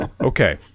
Okay